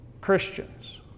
Christians